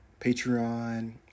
Patreon